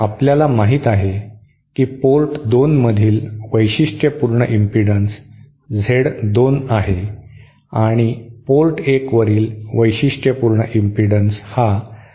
आपल्याला माहित आहे की पोर्ट 2 मधील वैशिष्ट्यपूर्ण इम्पिडन्स Z 2 आहे आणि पोर्ट 1 वरील वैशिष्ट्यपूर्ण इम्पिडन्स हा Z 1 आहे